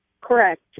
Correct